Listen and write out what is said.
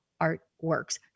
Artworks